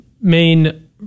main